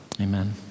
Amen